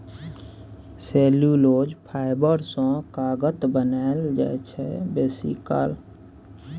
cellulose fibre सँ कागत बनाएल जाइ छै बेसीकाल